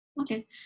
Okay